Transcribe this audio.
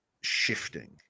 shifting